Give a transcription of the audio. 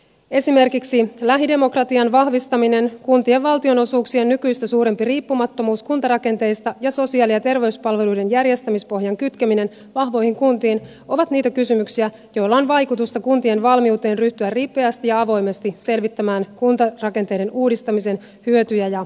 esimerkiksi lähidemokratian vahvistaminen kuntien valtionosuuksien nykyistä suurempi riippumattomuus kuntarakenteista ja sosiaali ja terveyspalveluiden järjestämispohjan kytkeminen vahvoihin kuntiin ovat niitä kysymyksiä joilla on vaikutusta kuntien valmiuteen ryhtyä ripeästi ja avoimesti selvittämään kuntarakenteiden uudistamisen hyötyjä ja haittoja